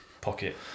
pocket